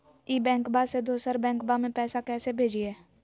ई बैंकबा से दोसर बैंकबा में पैसा कैसे भेजिए?